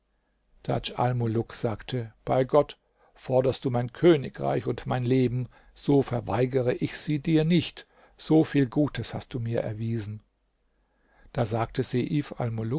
almuluk sagte bei gott forderst du mein königreich und mein leben so verweigere ich sie dir nicht so viel gutes hast du mir erwiesen da sagte seif